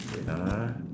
wait ah